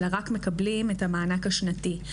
אלא רק מקבלים את המענק השנתי.